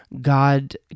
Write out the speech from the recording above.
God